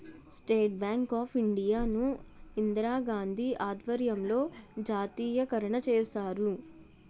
state bank of India ను ఇందిరాగాంధీ ఆధ్వర్యంలో జాతీయకరణ చేశారు